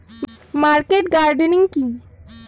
Market gardening কি?